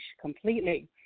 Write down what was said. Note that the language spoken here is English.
completely